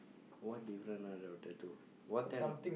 what different ah your tattoo what kind of